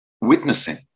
witnessing